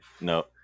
No